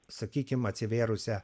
sakykim atsivėrusią